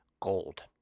gold